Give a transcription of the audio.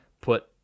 put